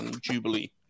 Jubilee